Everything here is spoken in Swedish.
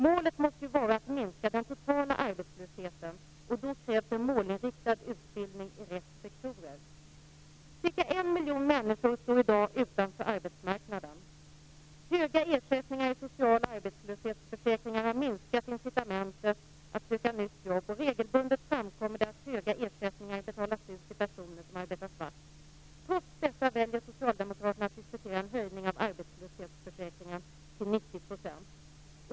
Målet måste vara att minska den totala arbetslösheten, och då krävs en målinriktad utbildning i rätt sektorer. Cirka en miljon människor står i dag utanför arbetsmarknaden. Höga ersättningar i social och arbetslöshetsförsäkringar har minskat incitamentet att söka nytt jobb, och regelbundet framkommer det att höga ersättningar betalas ut till personer som arbetar svart. Trots detta väljer socialdemokraterna att diskutera en höjning av arbetslöshetsförsäkringen till 90 %.